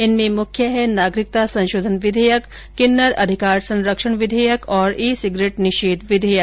इनमें मुख्य हैं नागरिकता संशोधन विधेयक किन्नर अधिकार संरक्षण विधेयक और ई सिगरेट निषेध विधेयक